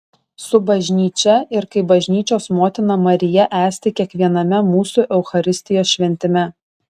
su bažnyčia ir kaip bažnyčios motina marija esti kiekviename mūsų eucharistijos šventime